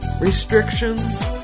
restrictions